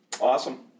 Awesome